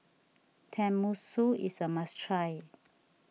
Tenmusu is a must try